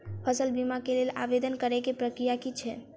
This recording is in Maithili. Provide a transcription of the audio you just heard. फसल बीमा केँ लेल आवेदन करै केँ प्रक्रिया की छै?